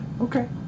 okay